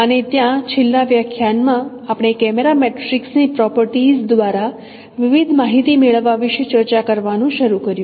અને ત્યાં છેલ્લા વ્યાખ્યાનમાં આપણે કેમેરા મેટ્રિક્સની પ્રોપર્ટીઝ દ્વારા વિવિધ માહિતી મેળવવા વિશે ચર્ચા કરવાનું શરૂ કર્યું